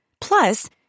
Plus